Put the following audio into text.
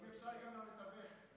אם אפשר, גם למתווך.